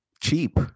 cheap